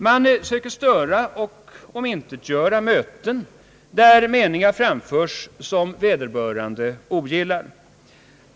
Man försöker störa och omintetgöra möten där meningar framförs som vederbörande ogillar.